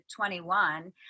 21